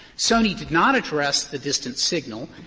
sony did not address the distant signal,